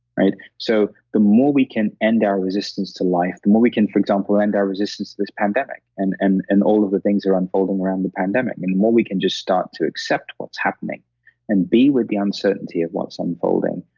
right? so, the more we can end our resistance to life, the more we can, for example, end our resistance to this pandemic and and and all of the things that are unfolding around the pandemic. and the more we can just start to accept what's happening and be with the uncertainty of what's unfolding,